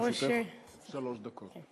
לרשותך שלוש דקות.